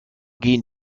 gehen